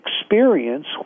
experience